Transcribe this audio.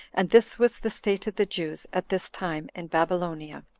and this was the state of the jews at this time in babylonia.